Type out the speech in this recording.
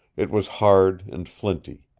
it was hard and flinty.